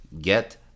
get